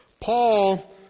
Paul